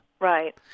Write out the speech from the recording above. Right